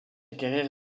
carrière